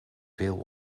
veel